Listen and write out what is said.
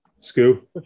Scoo